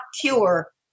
cure